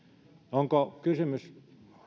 onko kysymys